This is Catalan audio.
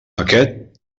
aquest